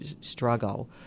struggle